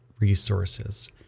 resources